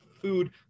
food